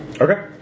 okay